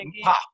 pop